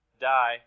die